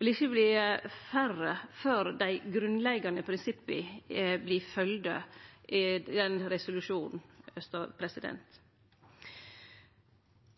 vil ikkje verte færre før dei grunnleggjande prinsippa i resolusjonen vert